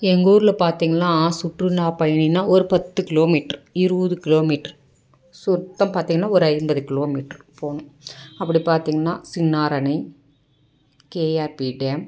எங்கள் ஊரில் பார்த்திங்கனா சுற்றுலாப் பயணினா ஒரு பத்து கிலோ மீட்ரு இருபது கிலோ மீட்ரு சுத்தம் பார்த்திங்கனா ஒரு ஐம்பது கிலோ மீட்ரு போகணும் அப்படி பார்த்திங்கனா சின்னாறு அணை கேஆர்பி டேம்